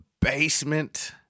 basement